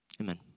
Amen